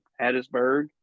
Hattiesburg